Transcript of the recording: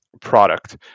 product